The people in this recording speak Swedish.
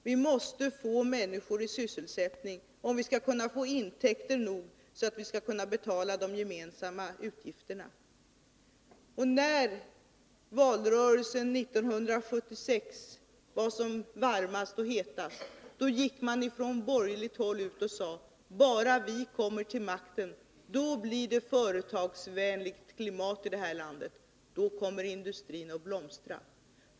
Vi måste få människor i sysselsättning, om vi skall kunna få intäkter nog, så att vi kan betala de gemensamma utgifterna. När valrörelsen 1976 var som hetast gick man från borgerligt håll ut och sade: Bara vi kommer till makten, då blir det företagsvänligt klimat i det här landet, då kommer industrin att blomstra.